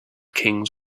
kings